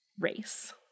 race